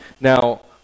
Now